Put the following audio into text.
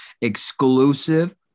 Exclusive